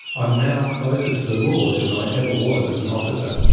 i am now closer to the lord than i ever was as an officer.